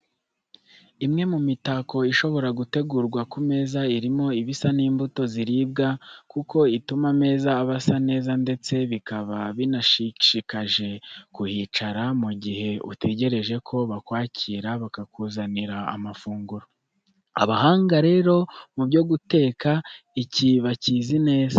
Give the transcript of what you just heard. Imwe mu mitako ishobora gutegurwa ku meza irimo ibisa n'imbuto ziribwa kuko ituma ameza aba asa neza ndetse bikaba binashishikaje kuhicara mu gihe utegereje ko bakwakira bakakuzanira amafunguro. Abahanga rero mu byo guteka iki bakizi neza.